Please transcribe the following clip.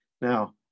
Now